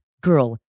Girl